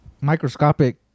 microscopic